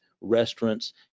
restaurants